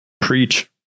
Preach